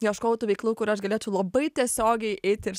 ieškojau tų veiklų kur aš galėčiau labai tiesiogiai eiti ir